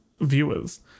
Viewers